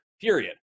period